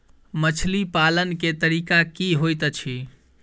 मछली पालन केँ तरीका की होइत अछि?